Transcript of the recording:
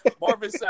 Marvin